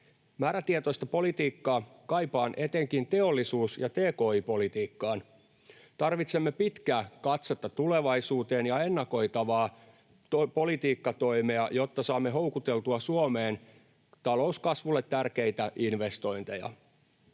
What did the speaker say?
Määrätietoista politiikkaa kaipaan etenkin teollisuus- ja tki-politiikkaan. Tarvitsemme pitkää katsetta tulevaisuuteen ja ennakoitavaa politiikkatoimea, jotta saamme houkuteltua Suomeen talouskasvulle tärkeitä investointeja.